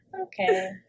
Okay